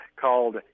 called